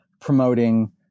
promoting